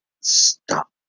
Stop